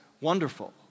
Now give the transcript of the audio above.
wonderful